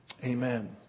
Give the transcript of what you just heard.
Amen